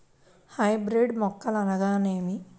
Hybrid మొక్కలు అనగానేమి?